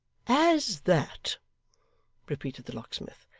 as that repeated the locksmith.